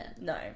No